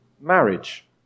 marriage